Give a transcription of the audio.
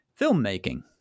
filmmaking